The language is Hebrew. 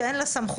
שאין לה סמכות,